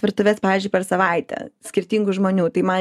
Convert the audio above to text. virtuves pavyzdžiui per savaitę skirtingų žmonių tai man